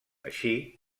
així